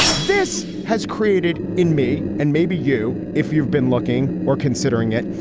this has created in me and maybe you if you've been looking or considering it.